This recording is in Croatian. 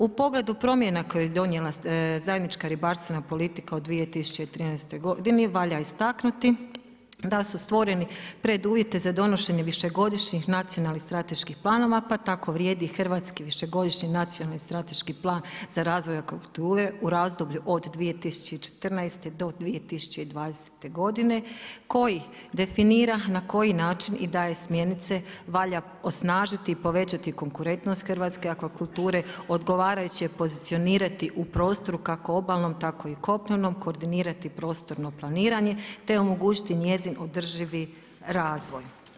U pogledu promjena koja je donijela zajednička ribarstvena politika u 2013. godini, valja istaknuti da su stvoreni preduvjeti za donošenje višegodišnjih nacionalnih strateških planova, pa tako vrijedi i Hrvatski višegodišnji nacionalni strateški plan za razvoj akvakulture u razdoblju od 2014.-2020. godine, koji definira na koji način i daje smjernice, valja osnažiti i povećati konkurentnost hrvatske akvakulture, odgovarajuće pozicionirati u prostoru kako u obalnom tako i kopneno, koordinirati prostorno planiranje, te omogućiti njezin održivi razvoj.